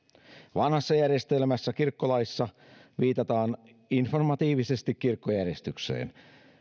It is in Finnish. vanhassa järjestelmässä kirkkolaissa viitataan informatiivisesti kirkkojärjestykseen